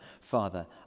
Father